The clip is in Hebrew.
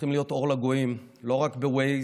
צריכים להיות אור לגויים, לא רק ב-Waze,